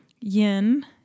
yin